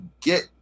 get